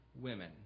women